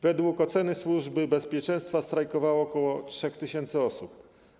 Według oceny Służby Bezpieczeństwa strajkowało około 3 tys. osób.